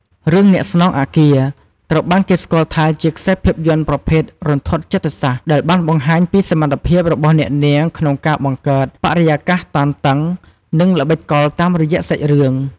រឿង អ្នកស្នងអគារ ត្រូវបានគេស្គាល់ថាជាខ្សែភាពយន្តប្រភេទ រន្ធត់ចិត្តសាស្ត្រ ដែលបានបង្ហាញពីសមត្ថភាពរបស់អ្នកនាងក្នុងការបង្កើតបរិយាកាសតានតឹង និងល្បិចកលតាមរយៈសាច់រឿង។